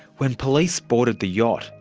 when police boarded the yacht,